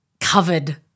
covered